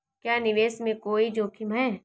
क्या निवेश में कोई जोखिम है?